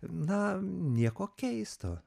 na nieko keisto